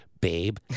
Babe